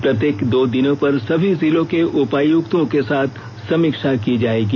प्रत्येक दो दिनों पर सभी जिलों के उपायुक्तों के साथ समीक्षा की जायेगी